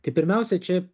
tai pirmiausia čia